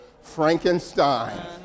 Frankenstein